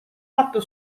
fatto